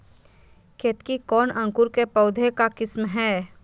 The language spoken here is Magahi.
केतकी कौन अंकुर के पौधे का किस्म है?